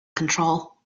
control